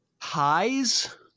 Highs